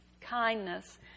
kindness